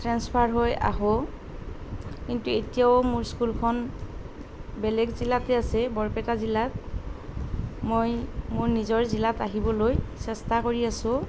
transfer হৈ আহোঁ কিন্তু এতিয়াও মোৰ স্কুলখন বেলেগ জিলাতেই আছে বৰপেটা জিলাত মই মোৰ নিজৰ জিলাত আহিবলৈ চেষ্টা কৰি আছোঁ